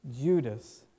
Judas